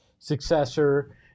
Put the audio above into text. successor